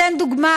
אתן דוגמה,